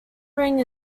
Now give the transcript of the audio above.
ring